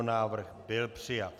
Návrh byl přijat.